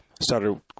started